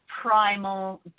primal